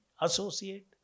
associate